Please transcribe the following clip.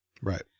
Right